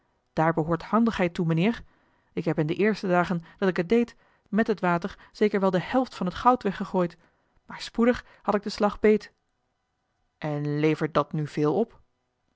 daar behoort handigheid toe mijnheer ik heb in de eerste dagen dat ik het deed met het water zeker wel de helft van het goud weggegooid maar spoedig had ik den slag beet en levert dat nu veel op